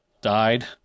died